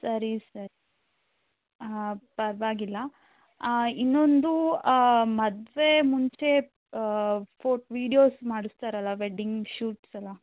ಸರಿ ಸರಿ ಹಾಂ ಪರವಾಗಿಲ್ಲ ಇನ್ನೊಂದು ಮದುವೆ ಮುಂಚೆ ಫೋಟ್ ವೀಡಿಯೋಸ್ ಮಾಡಿಸ್ತಾರಲ್ಲ ವೆಡ್ಡಿಂಗ್ ಶೂಟ್ಸ್ ಎಲ್ಲ